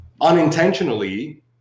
unintentionally